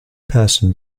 person